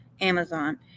Amazon